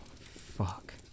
fuck